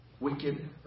Wicked